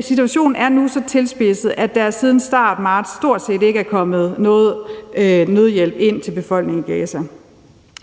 Situationen er nu så tilspidset, at der siden begyndelsen af marts stort set ikke er kommet noget nødhjælp ind til befolkningen i Gaza.